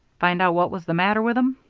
find out what was the matter with em?